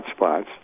hotspots